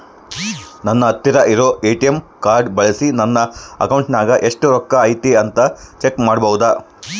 ನನ್ನ ಹತ್ತಿರ ಇರುವ ಎ.ಟಿ.ಎಂ ಕಾರ್ಡ್ ಬಳಿಸಿ ನನ್ನ ಅಕೌಂಟಿನಾಗ ಎಷ್ಟು ರೊಕ್ಕ ಐತಿ ಅಂತಾ ಚೆಕ್ ಮಾಡಬಹುದಾ?